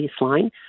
baseline